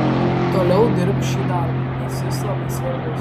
toliau dirbk šį darbą nes jis labai svarbus